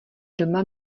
doma